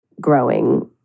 growing